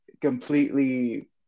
completely